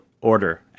order